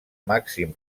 màxim